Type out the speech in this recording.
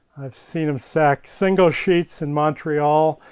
i've seen them stack single sheets in montreal,